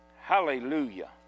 Hallelujah